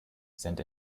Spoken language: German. sind